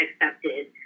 accepted